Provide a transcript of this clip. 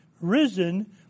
risen